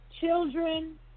children